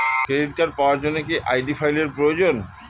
Credit card পাওয়ার জন্য কি আই.ডি ফাইল এর প্রয়োজন?